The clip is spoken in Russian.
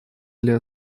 для